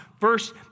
Verse